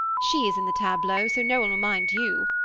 she is in the tableau, so no one will mind you,